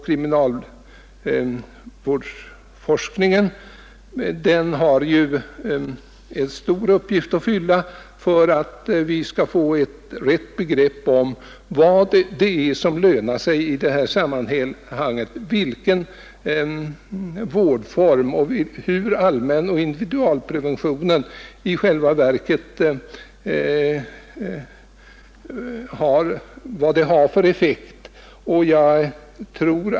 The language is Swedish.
Kriminalvårdsforskningen har där en stor uppgift att fylla för att vi skall få en riktig uppfattning om vad som lönar sig i detta sammanhang, vilken effekt olika vårdformer har och vilken betydelse allmänoch individualpreventionen har.